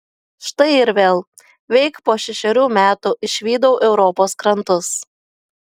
štai ir vėl veik po šešerių metų išvydau europos krantus